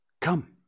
Come